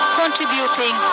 contributing